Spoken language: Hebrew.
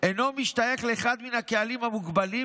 אינו משתייך לאחד מן הקהלים המוגבלים,